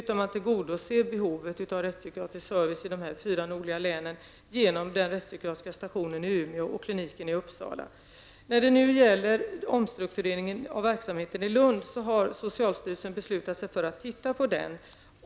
Man tillgodoser behovet av rättspsykiatrisk service i de fyra nordligaste länen genom den rättspsykiatriska stationen i Umeå och kliniken i Socialstyrelsen har beslutat sig för att titta närmare på omstruktureringen av verksamheten i Lund.